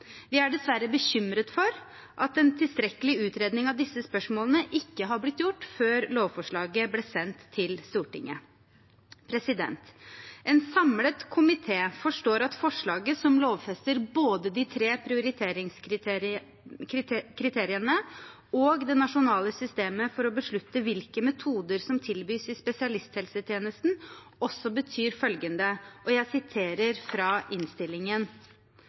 Vi er dessverre bekymret for at en tilstrekkelig utredning av disse spørsmålene ikke har blitt gjort før lovforslaget ble sendt til Stortinget. En samlet komité forstår at forslaget som lovfester både de tre prioriteringskriteriene og det nasjonale systemet for å beslutte hvilke metoder som tilbys i spesialisthelsetjenesten, også betyr følgende – jeg siterer fra innstillingen: